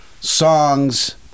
songs